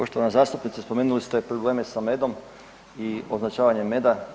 Poštovana zastupnice spomenuli ste probleme sa medom i označavanjem meda.